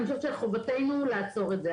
אני חושבת שמחובתנו לעצור את זה.